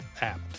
app